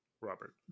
Robert